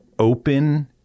open